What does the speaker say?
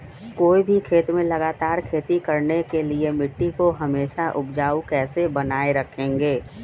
कोई भी खेत में लगातार खेती करने के लिए मिट्टी को हमेसा उपजाऊ कैसे बनाय रखेंगे?